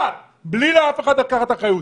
מבלי שאף אחד לוקח אחריות.